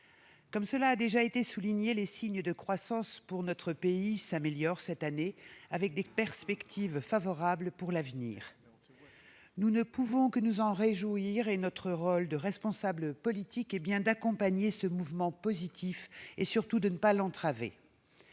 comme cela a déjà été souligné, les signes de croissance pour notre pays s'améliorent cette année, avec des perspectives favorables pour l'avenir. Nous ne pouvons que nous en réjouir, et notre rôle de responsables politiques est bien d'accompagner ce mouvement positif et, surtout, de ne pas l'entraver.